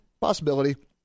Possibility